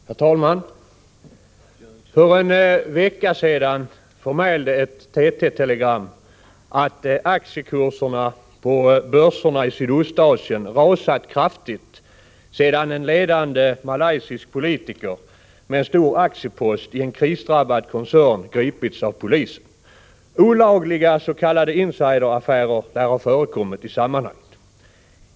Herr talman! För en vecka sedan förmälde ett TT-telegram att aktiekurserna på börserna i Sydostasien hade rasat kraftigt sedan en ledande malaysisk politiker som hade en stor aktiepost i en krisdrabbad koncern gripits av polisen. Olagliga s.k. insideraffärer lär ha förekommit i sammanhanget.